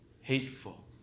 hateful